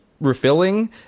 refilling